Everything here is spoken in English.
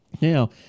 Now